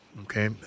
okay